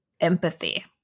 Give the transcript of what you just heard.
empathy